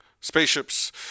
spaceships